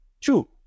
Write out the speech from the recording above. two